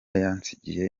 yansigiye